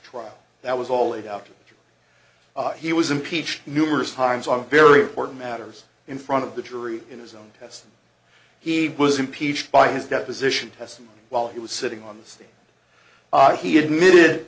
trial that was all a doubter he was impeached numerous times on very important matters in front of the jury in his own test he was impeached by his deposition testimony while he was sitting on the stage he admitted